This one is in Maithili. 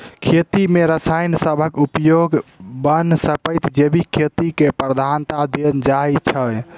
खेती मे रसायन सबहक उपयोगक बनस्पैत जैविक खेती केँ प्रधानता देल जाइ छै